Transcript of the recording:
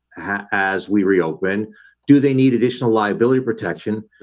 as we reopen do they need additional liability protection?